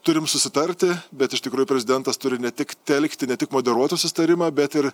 turim susitarti bet iš tikrųjų prezidentas turi ne tik telkti ne tik moderuoti susitarimą bet ir